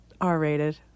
R-rated